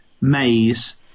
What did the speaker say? maze